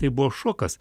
tai buvo šokas